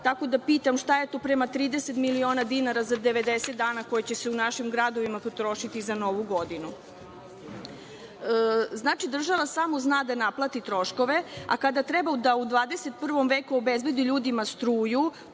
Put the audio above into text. tako da pitam šta je to prema 30 miliona dinara za 90 dana koje će se u našim gradovima potrošiti za Novu godinu? Znači, država samo zna da naplati troškove, a kada treba da u 21. veku obezbedi ljudima struju,